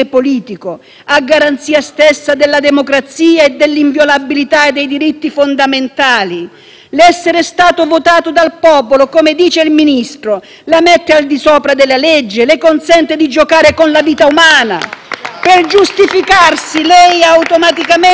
L'essere stato votato dal popolo, come dice, la mette al di sopra della legge e le consente di giocare con la vita umana? *(Applausi dal Gruppo PD).* Per giustificarsi, lei ha automaticamente assimilato a terroristi la vita di persone profughe: un'altra bugia,